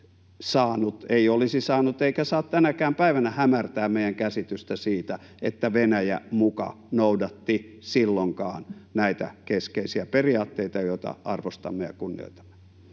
ei olisi saanut eikä saa tänäkään päivänä hämärtää meidän käsitystä siitä, että Venäjä muka noudatti silloinkaan näitä keskeisiä periaatteita, joita arvostamme ja kunnioitamme.